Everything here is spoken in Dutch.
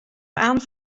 aan